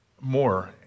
more